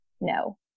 no